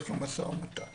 לכן